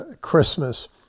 Christmas